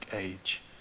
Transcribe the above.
age